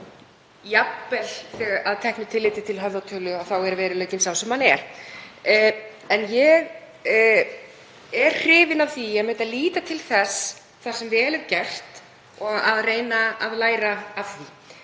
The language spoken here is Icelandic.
jafnvel að teknu tilliti til höfðatölu þá er veruleikinn sá sem hann er. En ég er hrifin af því að líta til þess sem vel er gert og reyna að læra af því.